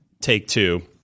Take-Two